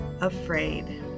afraid